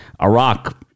Iraq